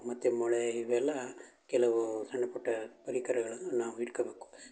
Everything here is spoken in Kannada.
ಮತ್ತು ಮೊಳೆ ಇವೆಲ್ಲ ಕೆಲವು ಸಣ್ಣ ಪುಟ್ಟ ಪರಿಕರಗಳನ್ನು ನಾವು ಇಟ್ಕೋಬೇಕು